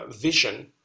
vision